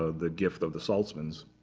ah the gift of the saltzmans.